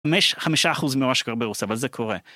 חמישה אחוזים מראש כבר ברוסיה, אבל זה קורה.